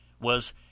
was